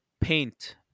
paint